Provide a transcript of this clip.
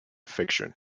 fiction